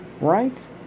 Right